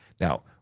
Now